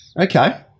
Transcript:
Okay